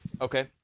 Okay